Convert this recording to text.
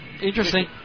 Interesting